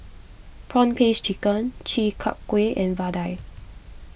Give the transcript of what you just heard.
Prawn Paste Chicken Chi Kak Kuih and Vadai